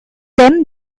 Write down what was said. them